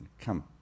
come